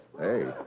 Hey